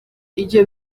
ibyo